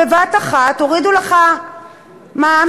בבת-אחת הורידו לך מע"מ,